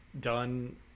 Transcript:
done